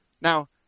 Now